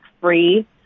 free